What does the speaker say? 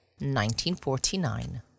1949